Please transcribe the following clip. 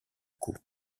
coup